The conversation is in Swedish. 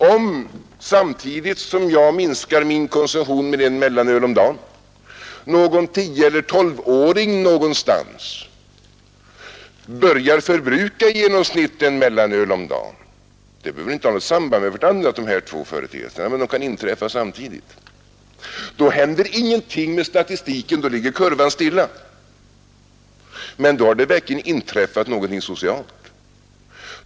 Om samtidigt som jag minskar min konsumtion med en mellanöl om dagen någon 10 eller 12-åring någonstans börjar förbruka i genomsnitt en mellanöl om dagen — de båda företeelserna behöver inte ha något samband med varandra — då händer ingenting med statistiken, då ligger kurvan stilla. Men då har det verkligen inträffat någonting socialt.